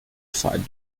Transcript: fight